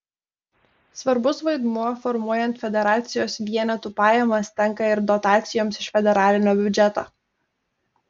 svarbus vaidmuo formuojant federacijos vienetų pajamas tenka ir dotacijoms iš federalinio biudžeto